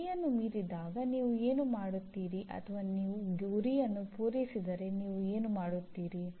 ಗುರಿ ಬಹಳ ಸ್ಪಷ್ಟವಾಗಿದೆ